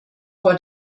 for